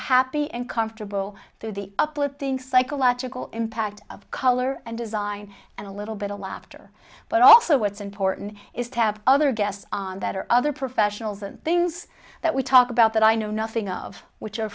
happy and comfortable through the uplifting psychological impact of color and design and a little bit of laughter but also what's important is to have other guests on that or other professionals and things that we talk about that i know nothing of which are